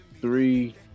three